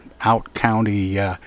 out-county